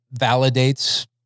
validates